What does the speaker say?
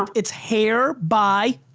um it's hair by?